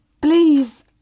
Please